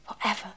Forever